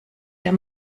der